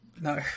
no